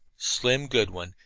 slim goodwin,